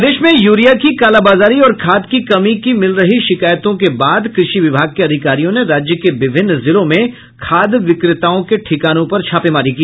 प्रदेश में यूरिया की कालाबाजारी और खाद की कमी की मिल रही शिकायतों के बाद कृषि विभाग के अधिकारियों ने राज्य के विभिन्न जिलों में खाद विक्रेताओं के ठिकानों पर छापेमारी की